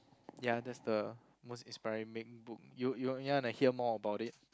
ya that's the most inspiring book you you want to hear more about it